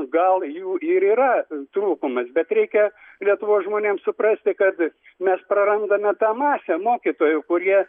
gal jų ir yra trūkumas bet reikia lietuvos žmonėms suprasti kad mes prarandame tą masę mokytojų kurie